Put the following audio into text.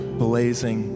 blazing